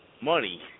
Money